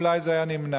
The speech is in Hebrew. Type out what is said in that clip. אולי זה היה נמנע.